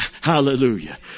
Hallelujah